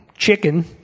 chicken